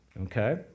Okay